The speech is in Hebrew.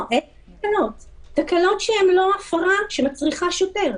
תקלות שהן לא הפרות שמצריכות שוטר.